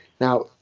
Now